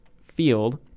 field